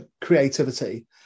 creativity